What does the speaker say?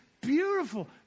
beautiful